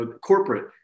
corporate